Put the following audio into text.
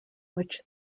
which